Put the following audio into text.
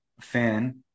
fan